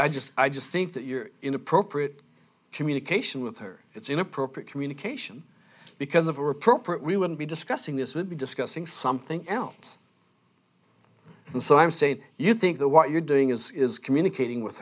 i just i just think that you're inappropriate communication with her it's inappropriate communication because of appropriate we wouldn't be discussing this would be discussing something else and so i'm saying you think the what you're doing is communicating with